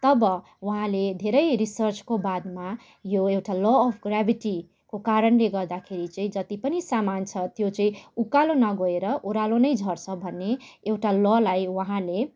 तब उहाँले धेरै रिसर्चको बादमा यो एउटा ल अफ ग्राभिटीको कारणले गर्दाखेरी चाहिँ जति पनि सामान छ त्यो चाहिँ उकालो नगएर ओह्रालो नै झर्छ भन्ने एउटा ललाई उहाँले